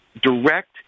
direct